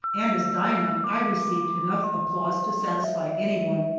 and as dinah i received enough applause to satisfy anyone,